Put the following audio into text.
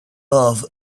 love